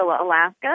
Alaska